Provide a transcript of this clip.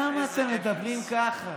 למה אתם מדברים ככה?